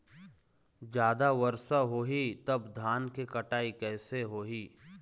जादा वर्षा होही तब धान के कटाई कैसे होही?